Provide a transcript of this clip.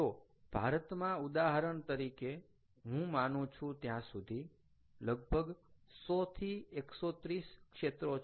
તો ભારતમાં ઉદાહરણ તરીકે હું માનું છું ત્યાં સુધી લગભગ 100 થી 130 ક્ષેત્રો છે